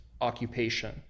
occupation